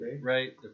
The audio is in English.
right